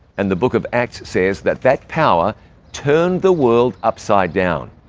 and the book of acts says that that power turned the world upside down.